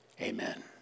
Amen